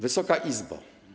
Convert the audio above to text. Wysoka Izbo!